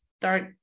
start